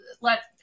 let